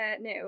No